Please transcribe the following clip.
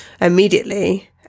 immediately